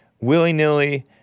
willy-nilly